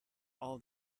all